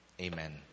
Amen